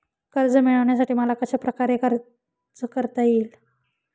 कर्ज मिळविण्यासाठी मला कशाप्रकारे अर्ज करता येईल?